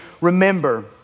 remember